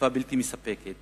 אכיפה בלתי מספקת